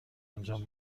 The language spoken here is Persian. انجام